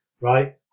right